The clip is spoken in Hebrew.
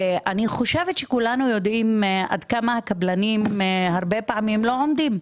אני חושבת שכולנו יודעים עד כמה הקבלנים לא עומדים,